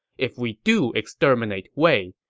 if we do exterminate wei,